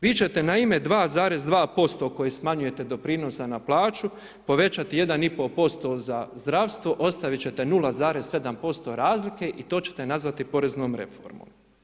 Vi ćete naime 2,2% koje smanjujete doprinosa na plaću povećati 1,5% za zdravstvo, ostaviti ćete 0,7% razlike i to ćete nazvati poreznoj reformom.